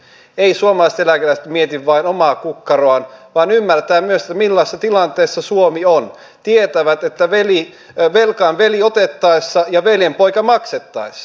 eivät suomalaiset eläkeläiset mieti vain omaa kukkaroaan vaan ymmärtävät myös millaisessa tilanteessa suomi on tietävät että velka on veli otettaessa ja veljenpoika maksettaessa